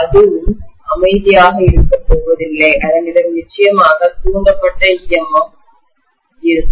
அதுவும் அமைதியாக இருக்கப் போவதில்லை அதனிடமும் நிச்சயமாக தூண்டப்பட்ட EMF இன்டியூஸ்டு EMF இருக்கும்